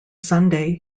sunday